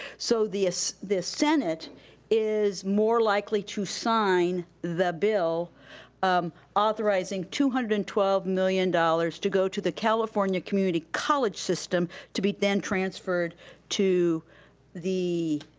so the senate is more likely to sign the bill authorizing two hundred and twelve million dollars to go to the california community college system to be then transferred to the.